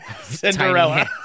Cinderella